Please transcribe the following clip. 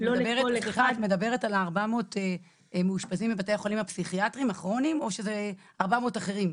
את מדברת על 400 מאושפזים בבתי החולים הפסיכיאטריים או שזה 400 אחרים?